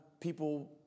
people